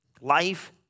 life